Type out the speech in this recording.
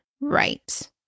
right